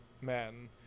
Men